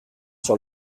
sur